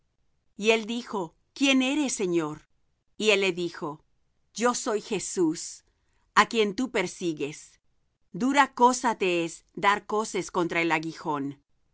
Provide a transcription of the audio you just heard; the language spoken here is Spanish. y él dijo quién eres señor y él dijo yo soy jesús á quien tú persigues dura cosa te es dar coses contra el aguijón